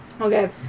Okay